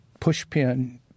Pushpin